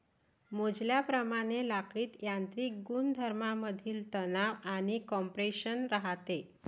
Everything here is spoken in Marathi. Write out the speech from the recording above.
मोजल्याप्रमाणे लाकडीत यांत्रिक गुणधर्मांमधील तणाव आणि कॉम्प्रेशन राहते